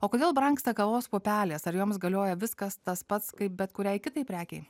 o kodėl brangsta kavos pupelės ar joms galioja viskas tas pats kaip bet kuriai kitai prekei